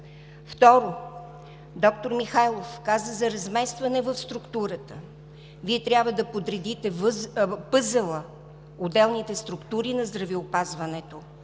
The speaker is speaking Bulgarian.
Второ, доктор Михайлов каза за разместване в структурата. Вие трябва да подредите пъзела, отделните структури на здравеопазването